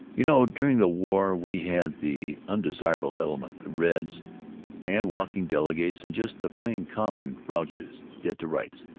you know during the war we had the undesirable element, the reds and walking delegates and just the plain common grouches, dead to rights,